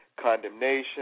condemnation